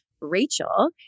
Rachel